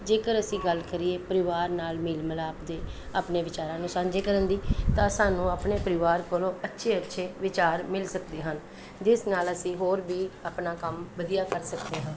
ਜੇਕਰ ਅਸੀਂ ਗੱਲ ਕਰੀਏ ਪਰਿਵਾਰ ਨਾਲ ਮੇਲ ਮਿਲਾਪ ਦੇ ਆਪਣੇ ਵਿਚਾਰਾਂ ਨੂੰ ਸਾਂਝੇ ਕਰਨ ਦੀ ਤਾਂ ਸਾਨੂੰ ਆਪਣੇ ਪਰਿਵਾਰ ਕੋਲੋਂ ਅੱਛੇ ਅੱਛੇ ਵਿਚਾਰ ਮਿਲ ਸਕਦੇ ਹਨ ਜਿਸ ਨਾਲ ਅਸੀਂ ਹੋਰ ਵੀ ਆਪਣਾ ਕੰਮ ਵਧੀਆ ਕਰ ਸਕਦੇ ਹਾਂ